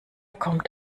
kommt